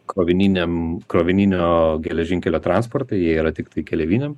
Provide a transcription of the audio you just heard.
krovininiam krovininio geležinkelio transporte jie yra tiktai keleiviniam